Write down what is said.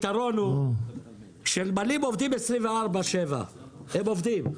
כשנמלים עובדים 24/7 הם עובדים.